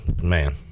man